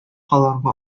аларга